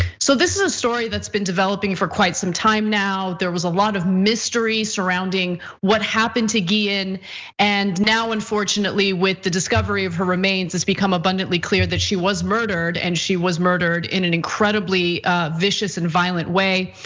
so this is a story that's been developing for quite some time. now there was a lot of mystery surrounding what happened to guillen, and now unfortunately with the discovery of her remains has became abundantly clear that she was murdered. and she was murdered in an incredibly viscous and violent way.